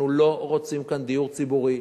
אנחנו לא רוצים כאן דיור ציבורי.